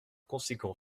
conséquent